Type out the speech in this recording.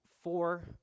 Four